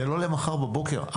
זה לא למחר בבוקר,